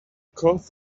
cough